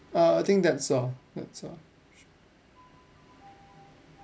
err I think that's all that's all